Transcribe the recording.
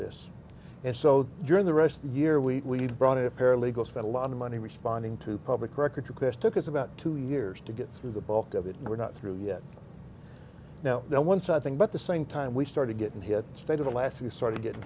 this and so during the rest of the year we brought in a paralegal spent a lot of money responding to public records request took us about two years to get through the bulk of it and we're not through yet now you know once i think about the same time we started getting hit state of alaska started getting